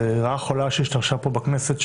זו רעה חולה שהשתרשה פה בכנסת.